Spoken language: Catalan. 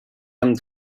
hem